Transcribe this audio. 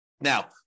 Now